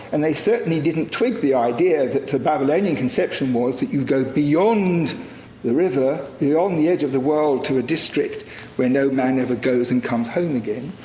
and they certainly didn't tweak the idea that the babylonian conception was that you go beyond the river, beyond the edge of the world, to a district where no man ever goes and comes home again.